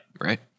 Right